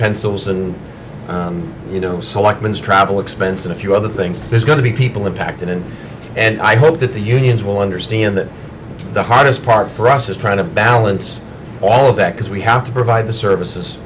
pencils and you know selectman is travel expense in a few other things there's going to be people impacted in and i hope that the unions will understand that the hardest part for us is trying to balance all of that because we have to provide the services